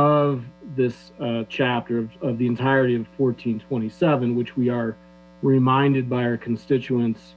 of this chapter of the entirety and fourteen twenty seven which we are reminded by our constituents